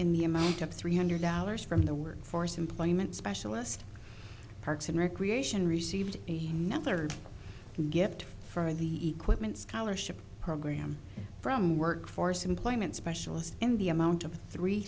in the amount of three hundred dollars from the workforce employment specialist parks and recreation received another gift for the quitman scholarship program from workforce employment specialist in the amount of three